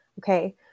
Okay